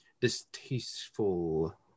distasteful